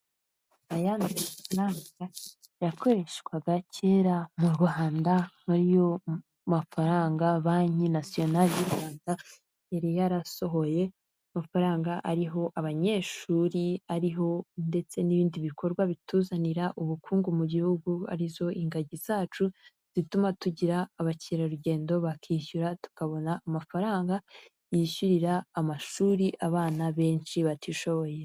Aya ni amafaranga yakoreshwaga kera mu Rwanda muri ayo mafaranga banki nasiyonali y'u Rwanda yari yarasohoye amafaranga ariho abanyeshuri ariho ndetse n'ibindi bikorwa bituzanira ubukungu mu gihugu arizo ingagi zacu zituma tugira abakerarugendo bakishyura tukabona amafaranga yishyurira amashuri abana benshi batishoboye.